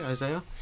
Isaiah